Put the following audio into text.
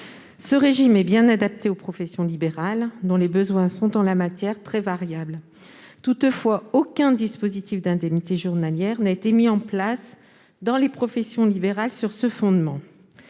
Ce régime est bien adapté aux professions libérales, dont les besoins en la matière sont très variables. Toutefois, aucun dispositif d'indemnités journalières n'a été mis en place par les professions libérales sur ce fondement